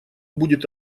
будет